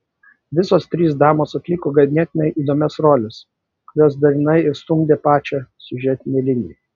visos trys damos atliko ganėtinai įdomias roles kurios dalinai ir stumdė pačią siužetinę liniją